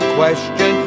question